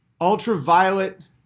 ultraviolet